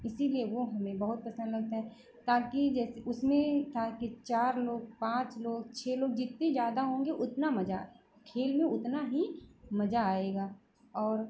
इसीलिए वह हमें बहुत पसंद लगता है ताकि जैसे उसमें ताकि चार लोग पाँच लोग छः लोग जितने ज़्यादा होंगे उतना मज़ा खेल में उतना ही मज़ा आएगा और